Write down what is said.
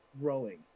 growing